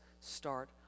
start